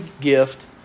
gift